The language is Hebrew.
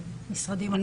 ומשרדים אחרים.